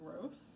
gross